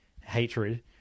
hatred